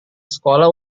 sekolah